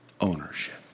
Ownership